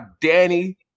Danny